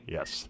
Yes